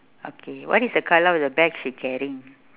okay what is the colour of the bag she carrying